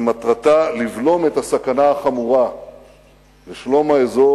שמטרתה לבלום את הסכנה החמורה לשלום האזור